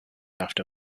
after